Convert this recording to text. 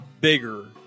bigger